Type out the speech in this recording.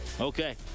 Okay